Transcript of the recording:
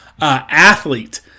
athlete